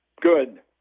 Good